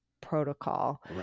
Protocol